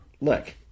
Look